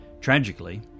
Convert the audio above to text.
tragically